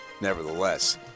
nevertheless